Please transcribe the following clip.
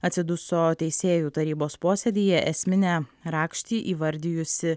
atsiduso teisėjų tarybos posėdyje esminę rakštį įvardijusi